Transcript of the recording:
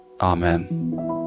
Amen